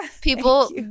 People